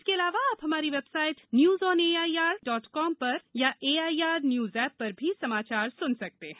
इसके अलावा आप हमारी website news on A I R dot N I C dot I N पर अथवा A I R news app पर भी समाचार सुन सकते हैं